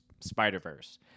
Spider-Verse